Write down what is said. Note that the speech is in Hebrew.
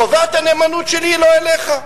חובת הנאמנות שלי היא לא אליך.